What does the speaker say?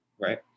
right